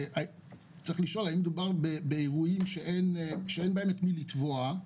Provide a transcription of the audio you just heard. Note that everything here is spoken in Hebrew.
צריך לשאול האם מדובר באירועים שאין בהם את מי לתבוע,